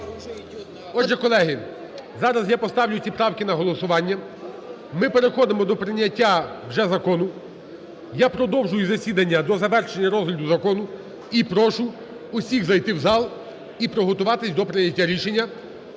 Отже, колеги, зараз я поставлю ці правки на голосування. Ми переходимо до прийняття вже закону. Я продовжую засідання до завершення розгляду закону і прошу всіх зайти в зал, і приготуватись до прийняття рішення.